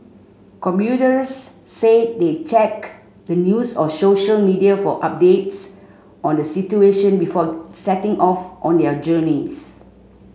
commuters said they checked the news or social media for updates on the situation before setting off on their journeys